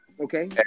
okay